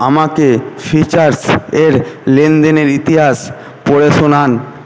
আমাকে ফ্রিচার্জের লেনদেনের ইতিহাস পড়ে শোনান